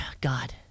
God